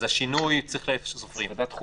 אז השינוי צריך להיות איפה --- אז ועדת החוקה.